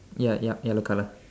ya ya yellow colour